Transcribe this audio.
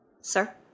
Sir